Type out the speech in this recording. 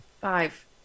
Five